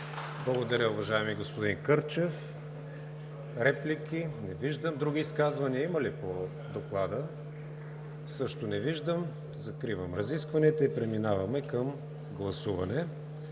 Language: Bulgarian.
Благодаря, уважаеми господин Кърчев. Реплики? Не виждам. Други изказвания има ли по Доклада? Не виждам. Закривам разискванията. Преминаваме към гласуване.